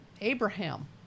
Abraham